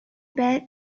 bet